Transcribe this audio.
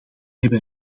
hebben